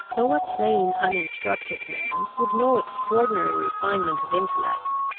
though a plain uninstructed man, with no extraordinary refinement of intellect,